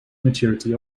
maturity